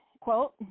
quote